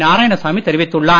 நாராயணசாமி தெரிவித்துள்ளார்